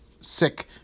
sick